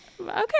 okay